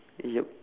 yup